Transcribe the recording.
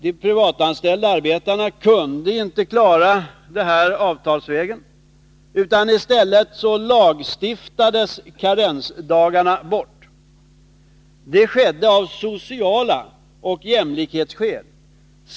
De privatanställda arbetarna kunde inte klara detta avtalsvägen, utan i stället lagstiftades karensdagarna bort. Det skedde av sociala skäl och av jämlikhetsskäl.